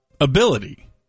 ability